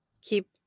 keep